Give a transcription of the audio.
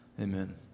Amen